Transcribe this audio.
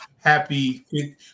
happy